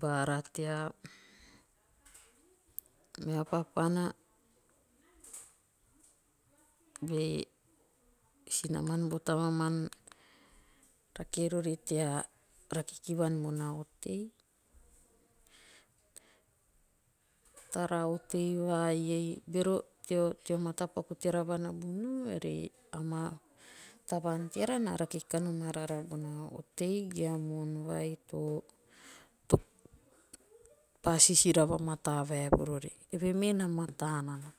Baara tea meha papana be sinaman bo tamaman rake rori tea rake kivuan bona otei. tara otei vai ei. bero teo matapaku teara va nabunu. ere ama tavaan teara na rake kanom araara bona otei ge a moon vai to pa sisira vamataa vaevuru ori. eve me na mataa nana.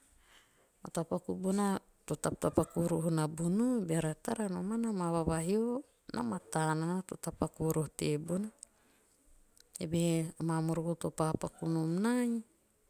Matapaku bona to tap'tapaku roho nabunu. beara tara nomana maa vavahio na mataa nana to tapaku voroho tebona. Eve he a maa moroko to pa paku nom naa